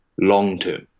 long-term